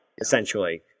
Essentially